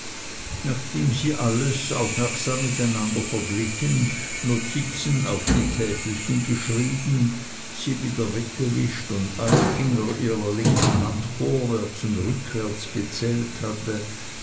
nachdem sie alles aufmerksam miteinander verglichen notizen auf die täfelchen geschrieben sie wieder weggewischt und alle finger ihrer linken hand vorwärts und rückwärts gezählt hatte